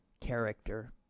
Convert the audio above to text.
character